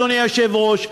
אדוני היושב-ראש,